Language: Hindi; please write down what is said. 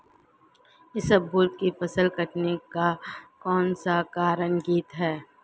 इसबगोल की फसल के कटने का कारण कौनसा कीट है?